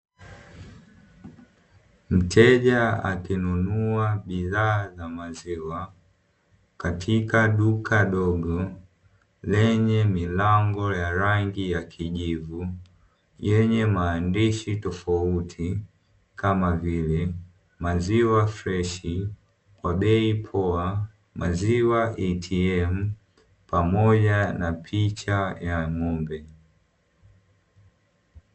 Mteja akinunua bidhaa za maziwa, katika duka dogo lenye milango ya rangi ya kijivu, yenye maandishi tofauti kama vile; maziwa freshi kwa bei poa, maziwa ATM pamoja na picha ya ng'ombe.